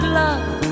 love